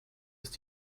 ist